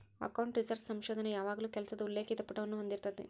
account research ಸಂಶೋಧನ ಯಾವಾಗಲೂ ಕೆಲಸದ ಉಲ್ಲೇಖಿತ ಪುಟವನ್ನ ಹೊಂದಿರತೆತಿ